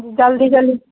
जल्दी जल्दी